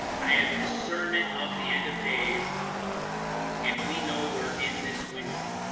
i have discernment of the end of days and we know we're in this window